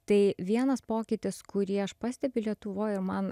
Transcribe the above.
tai vienas pokytis kurį aš pastebiu lietuvoj ir man